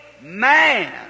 man